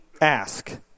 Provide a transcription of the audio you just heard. ask